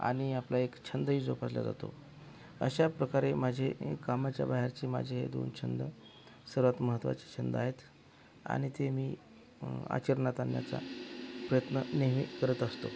आणि आपला एक छंदही जोपासला जातो अशा प्रकारे माझे हे कामाच्या बाहेरचे माझे हे दोन छंद सर्वात महत्त्वाचे छंद आहेत आणि ते मी आचरणात आणण्याचा प्रयत्न नेहमी करत असतो